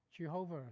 Jehovah